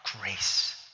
grace